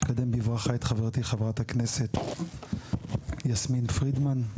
נקדם בברכה את חברתי חברת הכנסת יסמין פרידמן,